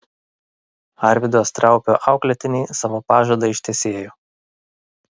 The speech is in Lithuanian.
arvydo straupio auklėtiniai savo pažadą ištesėjo